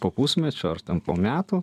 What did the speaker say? po pusmečio ar ten po metų